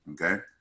okay